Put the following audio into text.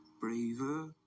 braver